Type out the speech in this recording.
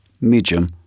medium